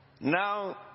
now